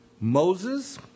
Moses